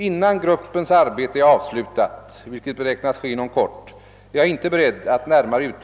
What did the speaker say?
Innan gruppens arbete är avslutat — vilket beräknas ske inom kort är jag inte beredd att